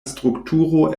strukturo